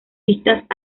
vistas